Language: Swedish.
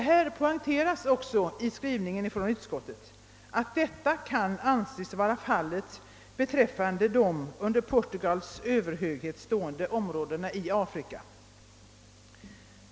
Det poängteras att detta kan anses vara fallet beträffande de under Portugals överhöghet stående områdena i Afrika.